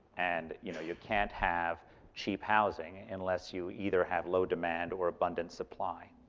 and you know you can't have cheap housing unless you either have low demand or abundant supply.